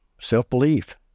self-belief